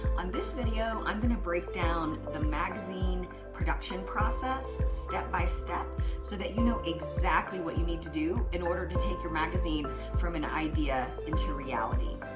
on this video, i'm gonna break down the magazine production process step-by-step so that you know exactly what you need to do in order to take your magazine from an idea into reality.